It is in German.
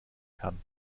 kann